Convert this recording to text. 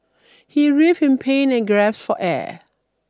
he writhed in pain and grasped for air